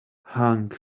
hung